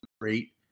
great